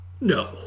No